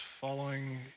following